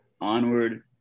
Onward